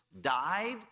died